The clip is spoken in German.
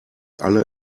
alle